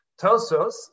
Tosos